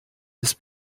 ist